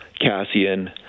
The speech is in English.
Cassian